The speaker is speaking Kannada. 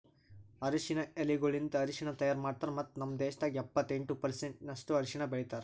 ಅರಶಿನ ಎಲಿಗೊಳಲಿಂತ್ ಅರಶಿನ ತೈಯಾರ್ ಮಾಡ್ತಾರ್ ಮತ್ತ ನಮ್ ದೇಶದಾಗ್ ಎಪ್ಪತ್ತೆಂಟು ಪರ್ಸೆಂಟಿನಷ್ಟು ಅರಶಿನ ಬೆಳಿತಾರ್